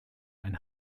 ein